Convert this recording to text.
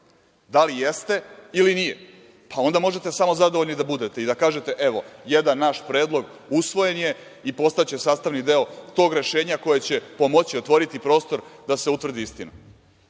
da li jeste ili nije, pa onda možete samozadovoljni da budete i da kažete – evo, jedan naš predlog usvojen je i postaće sastavni deo tog rešenja koje će pomoći, otvoriti prostor da se utvrdi istina